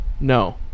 no